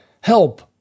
Help